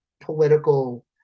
political